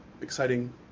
exciting